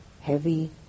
heavy